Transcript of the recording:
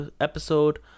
episode